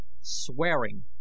swearing